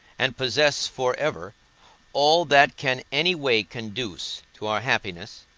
and possess for ever all that can any way conduce to our happiness,